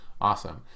awesome